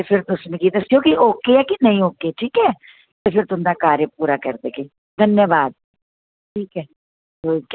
ते फिर तुस मिकी दस्सेओ कि ओके ऐ कि नेईं ओके ठीक ऐ ते फिर तुंदा कार्य पूरा कर देगे धायनवाद ठीक ऐ